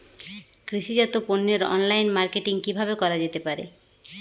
কৃষিজাত পণ্যের online marketing কিভাবে করা যেতে পারে?